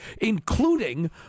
including